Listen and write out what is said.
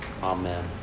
Amen